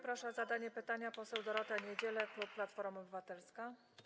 Proszę o zadanie pytania poseł Dorotę Niedzielę, klub Platforma Obywatelska.